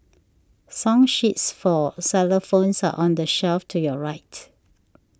song sheets for cellar phones are on the shelf to your right